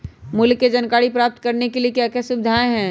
मूल्य के जानकारी प्राप्त करने के लिए क्या क्या सुविधाएं है?